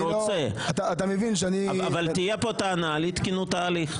רוצה אבל תהיה כאן טענה לאי תקינות ההליך.